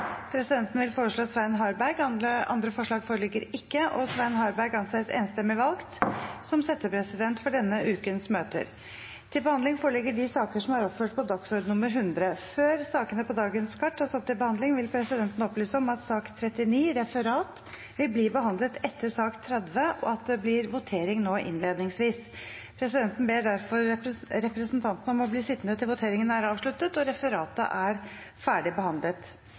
Presidenten vil foreslå Svein Harberg. – Andre forslag foreligger ikke, og Svein Harberg anses enstemmig valgt som settepresident for denne ukens møter. Før sakene på dagens kart tas opp til behandling, vil presidenten opplyse om at sak nr. 39 – Referat – vil bli behandlet etter sak nr. 30, og at det blir votering nå innledningsvis. Presidenten ber derfor representantene om å bli sittende til voteringen er avsluttet og referatet er